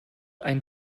ein